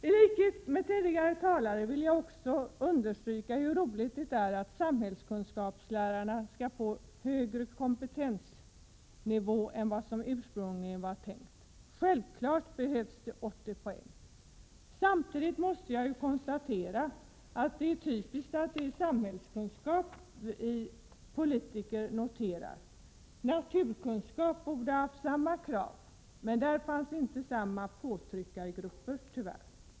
I likhet med tidigare talare vill jag understryka hur roligt det är att samhällskunskapslärarna får högre kompetensnivå än den som ursprungligen var tänkt. Självklart skall 80 poäng krävas. Samtidigt konstaterar jag hur typiskt det är att vi politiker uppmärksammar ämnet samhällskunskap. Samma krav borde ha ställts för undervisning i naturkunskap, men bakom det ämnet har tyvärr inte funnits samma påtryckargrupper.